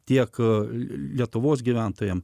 tiek lietuvos gyventojams